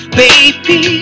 baby